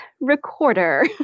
recorder